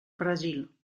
brasil